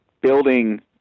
building